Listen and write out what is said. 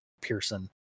Pearson